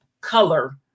color